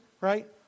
right